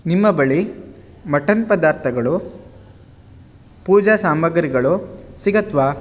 ನಿಮ್ಮ ಬಳಿ ಮಟನ್ ಪದಾರ್ಥಗಳು ಪೂಜಾ ಸಾಮಗ್ರಿಗಳು ಸಿಗುತ್ವಾ